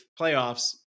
playoffs